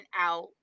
out